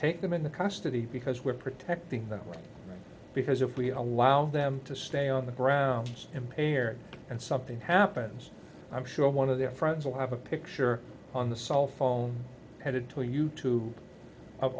take them into custody because we're protecting them because if we allow them to stay on the grounds impaired and something happens i'm sure one of their friends will have a picture on the cell phone headed to you two of